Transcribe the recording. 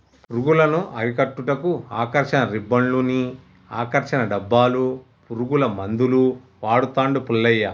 పురుగులను అరికట్టుటకు ఆకర్షణ రిబ్బన్డ్స్ను, ఆకర్షణ డబ్బాలు, పురుగుల మందులు వాడుతాండు పుల్లయ్య